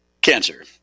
cancer